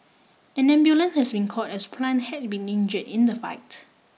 an ambulance has been call as plant had been injured in the fight